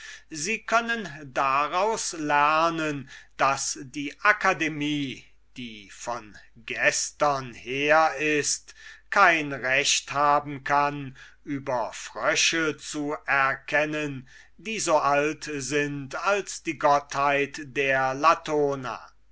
sie können daraus lernen daß die akademie die von gestern her ist kein recht haben kann über frösche zu erkennen die so alt sind als die gottheit der latona